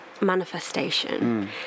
manifestation